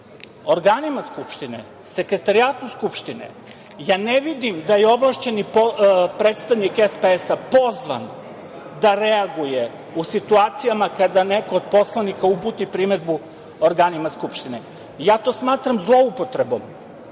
organima Skupštine, sekretarijatu Skupštine. Ja ne vidim da je ovlašćeni predstavnik SPS pozvan da reaguje u situacijama kada neko od poslanika uputi primedbu organima Skupštine. Ja to smatram zloupotrebom